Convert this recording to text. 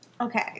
Okay